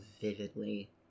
vividly